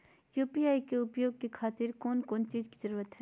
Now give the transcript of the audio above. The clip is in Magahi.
यू.पी.आई के उपयोग के खातिर कौन कौन चीज के जरूरत है?